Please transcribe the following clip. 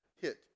hit